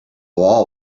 wall